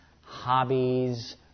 hobbies